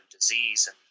disease